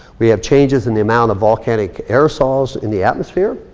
we have changes in the amount of volcanic aerosols in the atmosphere.